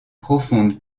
profonde